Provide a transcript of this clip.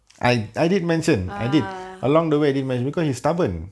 ah